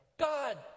God